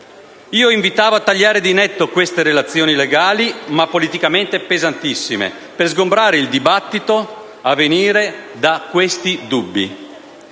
Io invitavo a tagliare di netto queste relazioni, legali, ma politicamente pesantissime, per sgomberare il dibattito a venire da questi dubbi.